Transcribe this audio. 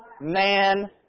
man